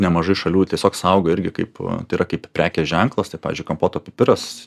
nemažai šalių tiesiog saugo irgi kaip yra kaip prekės ženklas tai pavyzdžiui kampoto pipiras